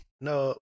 No